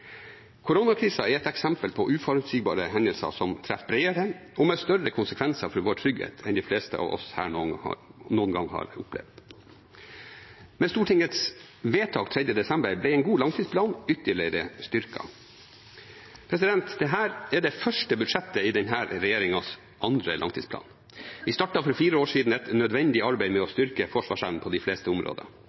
Koronakrisen er et eksempel på uforutsigbare hendelser som treffer bredere og med større konsekvenser for vår trygghet enn de fleste av oss her noen gang har opplevd. Med Stortingets vedtak 3. desember ble en god langtidsplan ytterligere styrket. Dette er det første budsjettet i denne regjeringens andre langtidsplan. Vi startet for fire år siden et nødvendig arbeid med å styrke forsvarsevnen på de fleste områder.